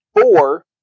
four